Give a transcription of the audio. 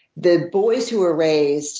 the boys who were raised